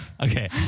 okay